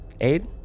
aid